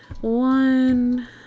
One